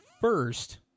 First